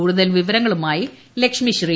കൂടുതൽ വിവരങ്ങളുമായി ലക്ഷ്മി ശ്രീ